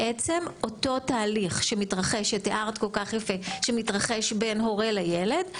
בעצם, אותו תהליך שמתרחש בין הורה לילד,